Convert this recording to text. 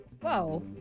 Whoa